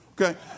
okay